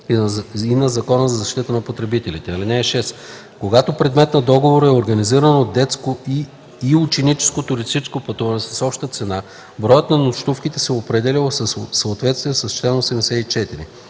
и на Закона за защита на потребителите. (6) Когато предмет на договора е организирано детско и ученическо туристическо пътуване с обща цена, броят на нощувките се определя в съответствие с чл. 84.